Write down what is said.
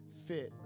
fit